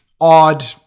odd